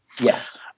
Yes